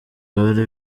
bari